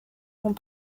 font